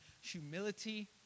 humility